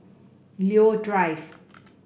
Leo Drive